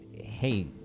hey